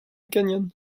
canyon